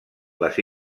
les